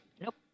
Nope